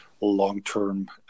long-term